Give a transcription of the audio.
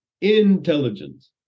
intelligence